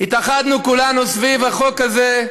התאחדנו כולנו סביב החוק הזה,